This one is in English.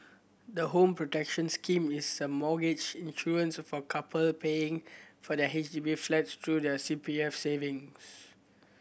the Home Protection Scheme is a mortgage insurance for couple paying for their H D B flats through their C P F savings